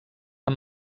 amb